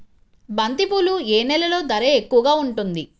బంతిపూలు ఏ నెలలో ధర ఎక్కువగా ఉంటుంది?